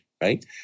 right